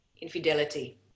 infidelity